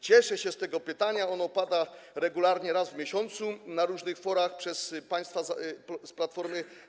Cieszę się z tego pytania, ono pada regularnie raz w miesiącu na różnych forach, zadawane jest przez państwa z Platformy.